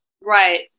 Right